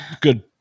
Good